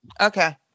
okay